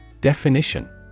Definition